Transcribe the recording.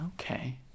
Okay